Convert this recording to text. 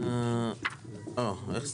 איך 12?